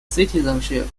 citizenship